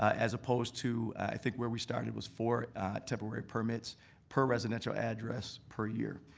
as opposed to i think where we started was four temporary permits per residential address, per year.